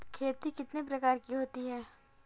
खेती कितने प्रकार की होती है?